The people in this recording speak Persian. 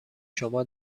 شما